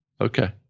Okay